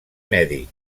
mèdic